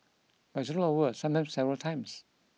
but it's rolled over sometimes several times